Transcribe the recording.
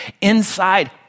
Inside